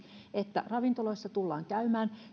että ravintoloissa tullaan käymään